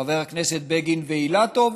חברי הכנסת בגין ואילטוב,